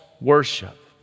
worship